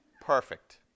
Perfect